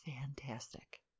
fantastic